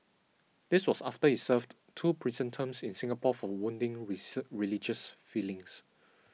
this was after he served two prison terms in Singapore for wounding religious feelings